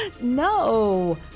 No